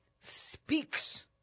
speaks